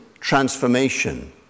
transformation